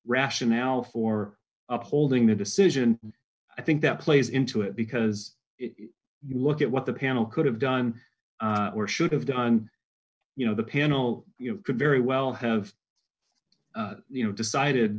rationale for upholding the decision i think that plays into it because you look at what the panel could have done or should have done you know the panel you know could very well have you know decided